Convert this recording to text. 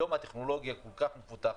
היום הטכנולוגיה כל כך מפותחת,